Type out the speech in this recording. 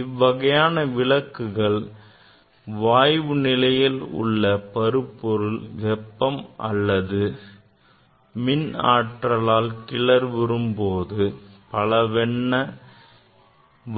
இவ்வகையான விளக்குகள் வாயு நிலையில் உள்ள பருப்பொருள் வெப்பம் அல்லது மின் ஆற்றலால் கிளர்வுறும் போது பலவண்ண